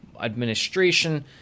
administration